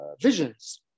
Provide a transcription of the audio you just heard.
visions